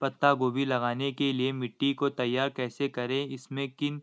पत्ता गोभी लगाने के लिए मिट्टी को तैयार कैसे करें इसमें किन